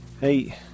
Hey